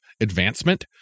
advancement